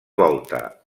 volta